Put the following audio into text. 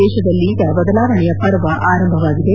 ದೇಶದಲ್ಲೀಗ ಬದಲಾವಣೆಯ ಪರ್ವ ಆರಂಭವಾಗಿದೆ